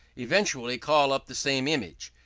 eventually call up the same image.